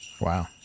Wow